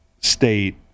state